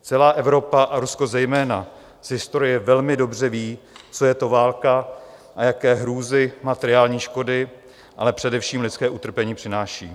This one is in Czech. Celá Evropa a Rusko zejména z historie velmi dobře vědí, co je to válka a jaké hrůzy, materiální škody, ale především lidské utrpení přináší.